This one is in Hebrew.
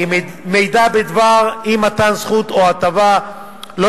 נקבע כי מידע בדבר אי-מתן זכות או הטבה לא